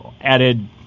added